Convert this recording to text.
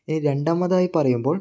രണ്ടാമതായി പറയുമ്പോൾ